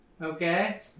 Okay